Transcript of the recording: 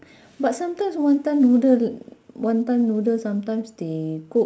but sometimes wanton noodle wanton noodle sometimes they cook